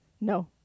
no